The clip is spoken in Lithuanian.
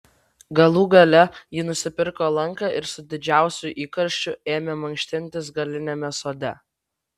galų gale ji nusipirko lanką ir su didžiausiu įkarščiu ėmė mankštintis galiniame sode